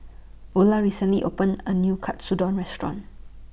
Ula recently opened A New Katsudon Restaurant